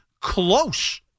close